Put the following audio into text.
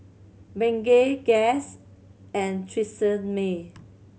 Bengay Guess and Tresemme